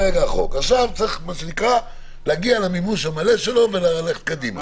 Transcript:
צריך להגיע למימוש המלא שלו וללכת קדימה.